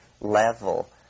level